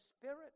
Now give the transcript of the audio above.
spirit